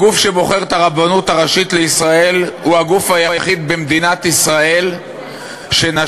הגוף שבוחר את הרבנות הראשית לישראל הוא הגוף היחיד במדינת ישראל שנשים